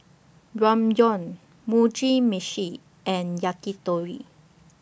Ramyeon Mugi Meshi and Yakitori